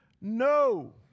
No